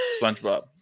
Spongebob